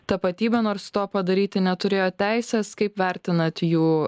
tapatybę nors to padaryti neturėjot teisės kaip vertinat jų